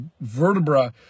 vertebra